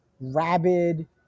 rabid